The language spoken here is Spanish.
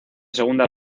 segunda